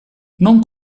non